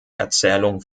erzählung